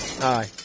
Hi